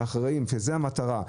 שזה המטרה,